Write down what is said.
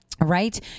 right